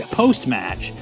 post-match